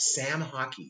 SamHockey